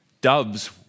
doves